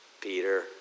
Peter